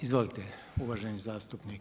Izvolite, uvaženi zastupnik.